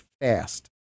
Fast